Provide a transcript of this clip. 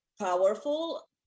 powerful